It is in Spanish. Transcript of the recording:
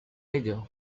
ello